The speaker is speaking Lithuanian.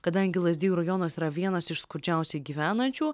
kadangi lazdijų rajonas yra vienas iš skurdžiausiai gyvenančių